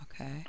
okay